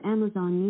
Amazon